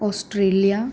Australia